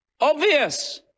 obvious